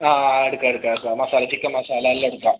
ആ എടുക്കാം എടുക്കാം എടുക്കാം മസാല ചിക്കൻ മസാല എല്ലാം എടുക്കാം